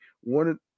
one